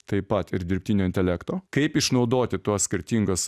taip pat ir dirbtinio intelekto kaip išnaudoti tuos skirtingus